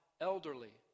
elderly